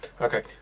Okay